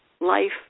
life